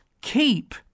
keep